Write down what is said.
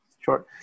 Sure